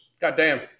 Goddamn